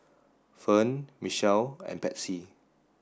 Ferne Mitchel and Patsy